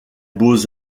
beaux